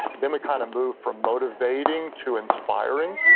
then we kind of move from motivating to inspiring.